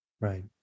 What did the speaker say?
right